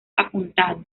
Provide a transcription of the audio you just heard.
apuntado